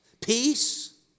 peace